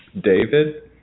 David